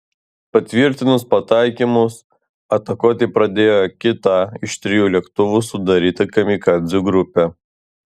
patvirtinus pataikymus atakuoti pradėjo kita iš trijų lėktuvų sudaryta kamikadzių grupė